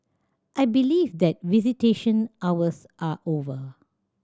I believe that visitation hours are over